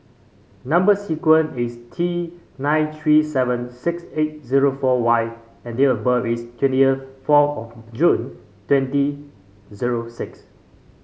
number sequence is T nine three seven six eight zero four Y and date of birth is twentieth four of June twenty zero six